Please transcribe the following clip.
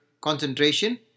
concentration